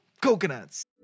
coconuts